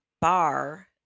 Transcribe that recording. bar